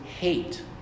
hate